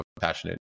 passionate